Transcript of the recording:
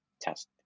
test